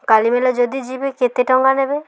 କାଲିମେଲା ଯଦି ଯିବେ କେତେ ଟଙ୍କା ନେବେ